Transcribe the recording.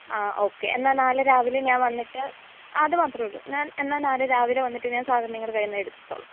ആ ഓക്കെ എന്നാൽ നാളെ രാവിലെ ഞാൻ വന്നിട്ട് ആ അതുമാത്രമേ ഉള്ളൂ ഞാൻ എന്നാൽ നാളെ രാവിലെ വന്നിട്ട് ഞാൻ സാധനങ്ങൾ കയ്യിൽനിന്ന് എടുത്തോളാം